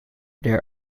there